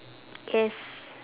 yes